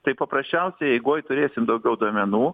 tai paprasčiausiai eigoj turėsim daugiau duomenų